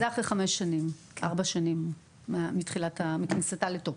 זה אחרי חמש שנים, ארבע שנים מכניסתה לתוקף.